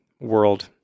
world